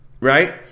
Right